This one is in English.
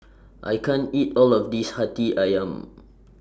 I can't eat All of This Hati Ayam